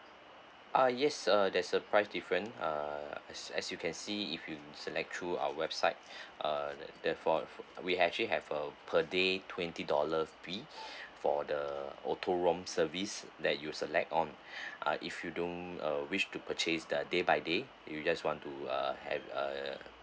ah yes uh there's a price difference uh as as you can see if you select through our website uh that for we actually have uh per day twenty dollars fee for the auto roam service that you select on uh if you don't uh wish to purchase their day by day you just want to uh have uh